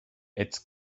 its